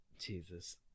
Jesus